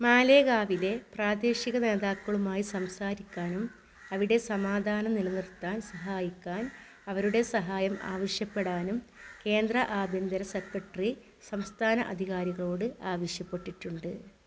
മാലേഗാവിലെ പ്രാദേശിക നേതാക്കളുമായി സംസാരിക്കാനും അവിടെ സമാധാനം നിലനിർത്താൻ സഹായിക്കാൻ അവരുടെ സഹായം ആവശ്യപ്പെടാനും കേന്ദ്ര ആഭ്യന്തര സെക്രട്ടറി സംസ്ഥാന അധികാരികളോട് ആവശ്യപ്പെട്ടിട്ടുണ്ട്